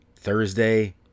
Thursday